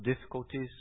difficulties